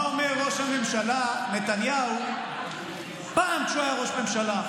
אני מסתכל מה אמר ראש הממשלה נתניהו פעם כשהוא היה ראש ממשלה.